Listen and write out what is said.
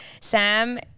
Sam –